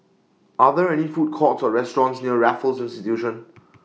Are There any Food Courts Or restaurants near Raffles Institution